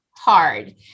hard